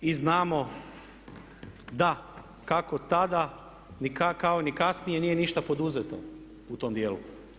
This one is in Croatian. I znamo da kako tada kao ni kasnije nije ništa poduzeto u tom dijelu.